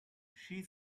she